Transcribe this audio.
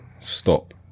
Stop